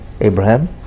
Abraham